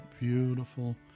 beautiful